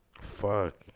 Fuck